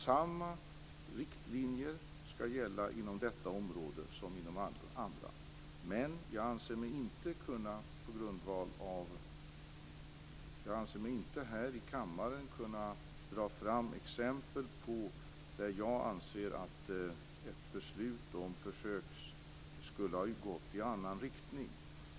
Samma riktlinjer skall gälla inom detta område som inom alla andra områden men jag anser mig inte här i kammaren kunna ta fram exempel där jag anser att ett beslut om försök skulle ha gått i annan riktning.